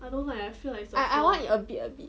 I I want it a bit a bit